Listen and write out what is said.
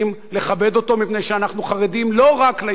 מפני שאנחנו חרדים לא רק ליום שלמחרת,